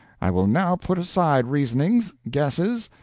i will now put aside reasonings, guesses,